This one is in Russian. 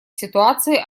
ситуации